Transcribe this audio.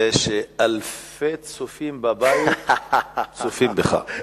זה שאלפי צופים בבית צופים בך.